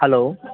hello